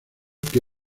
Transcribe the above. que